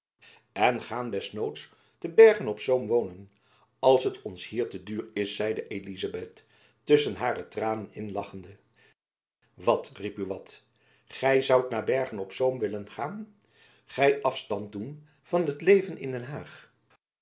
en gaan des noods te bergen-op-zoom wonen als het ons hier te duur is zeide elizabeth tusschen hare tranen in lachende wat riep buat gy zoudt naar bergen-op-zoom willen gaan gy afstand doen van liet leven in den haag